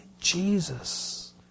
Jesus